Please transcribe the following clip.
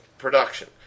Production